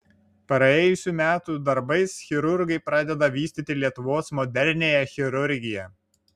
praėjusių metų darbais chirurgai pradeda vystyti lietuvos moderniąją chirurgiją